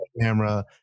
camera